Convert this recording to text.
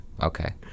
Okay